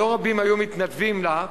שלא רבים היום מתנדבים לה,